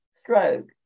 stroke